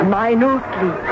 minutely